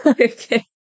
Okay